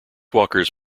walkers